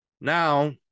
Now